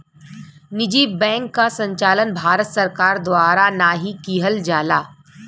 निजी बैंक क संचालन भारत सरकार द्वारा नाहीं किहल जाला